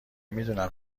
میدونم